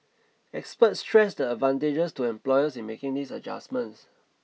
experts stressed the advantages to employers in making these adjustments